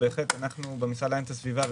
בהחלט אנחנו במשרד להגנת הסביבה,